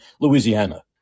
Louisiana